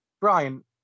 Brian